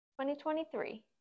2023